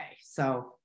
So-